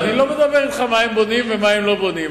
אני לא מדבר אתך מה הם בונים ומה הם לא בונים.